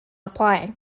apply